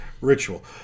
ritual